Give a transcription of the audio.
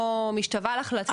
לא משתווה לך ל..